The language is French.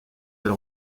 elle